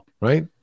right